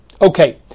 Okay